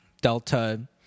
Delta